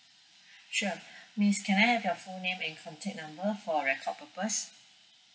sure miss can I have your full name and contact number for record purpose